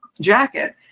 jacket